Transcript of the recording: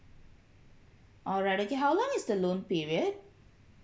alright okay how long is the loan period